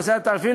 בנושא התעריפים,